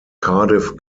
cardiff